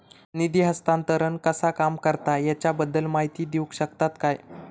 निधी हस्तांतरण कसा काम करता ह्याच्या बद्दल माहिती दिउक शकतात काय?